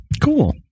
cool